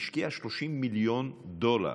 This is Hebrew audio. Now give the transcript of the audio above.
השקיעה 30 מיליון דולר.